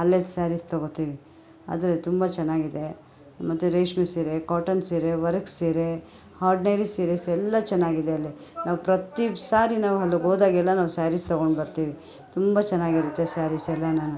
ಅಲ್ಲೇ ಸ್ಯಾರೀಸ್ ತೊಗೋಳ್ತೀವಿ ಆದರೆ ತುಂಬ ಚೆನ್ನಾಗಿದೆ ಮತ್ತು ರೇಷ್ಮೆ ಸೀರೆ ಕಾಟನ್ ಸೀರೆ ವರ್ಕ್ ಸೀರೆ ಹಾರ್ಡನರಿ ಸೀರೇಸ್ ಎಲ್ಲ ಚೆನ್ನಾಗಿದೆ ಅಲ್ಲಿ ನಾವು ಪ್ರತಿ ಸಾರಿ ನಾವು ಅಲ್ಲಿಗೋದಾಗೆಲ್ಲ ನಾವು ಸ್ಯಾರೀಸ್ ತೊಗೊಂಡ್ಬರ್ತೀವಿ ತುಂಬ ಚೆನ್ನಾಗಿರುತ್ತೆ ಸ್ಯಾರೀಸ್ ಎಲ್ಲವುನು